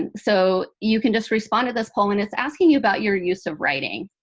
and so you can just respond to this poll. and it's asking you about your use of writing.